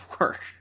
work